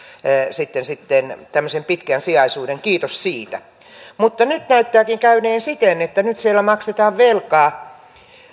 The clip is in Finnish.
sitten sitten pitkän sijaisuuden kiitos siitä niin nyt näyttääkin käyneen siten että siellä maksetaan velkaa